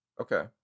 okay